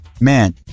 man